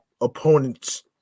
opponent's